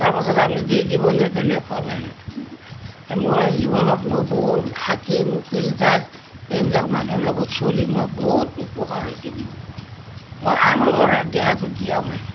তাৰপিছত আপুনি দি দিব ইয়াত নেপালে মোৰ জীৱনত মই বহুত হাকিম উকিল জাৰ্জ এইবিলাক মানুহৰ লগত চলি মই বহুত উপকাৰ হৈছে মোৰ মই আনৰ কাৰণে দেহাটো দিয়াও মানুহ